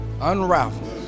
Unravel